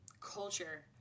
culture